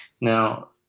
Now